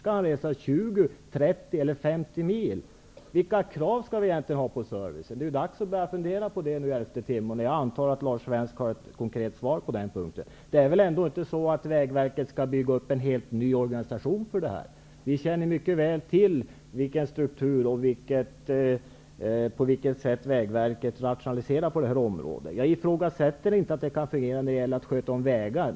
Skall han resa 20, 30 eller 50 mil? Vilka krav skall vi ställa på service? Det är dags att börja fundera på det nu, i elfte timmen. Jag antar att Lars Svensk har ett konkret svar på den punkten. Vägverket skall väl ändå inte bygga upp en helt ny organisation för denna verksamhet. Vi känner mycket väl till på vilket sätt Vägverket rationaliserar. Jag ifrågasätter inte att det kan fungera när det gäller att sköta om vägar.